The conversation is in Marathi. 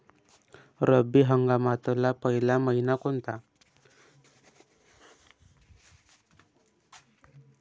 रब्बी हंगामातला पयला मइना कोनता?